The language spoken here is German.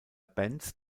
bands